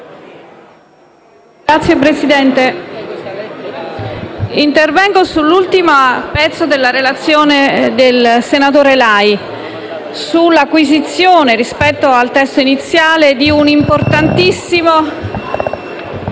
Signora Presidente, intervengo sull'ultimo pezzo della relazione del senatore Lai, cioè sull'acquisizione, rispetto al testo iniziale, di un importantissimo...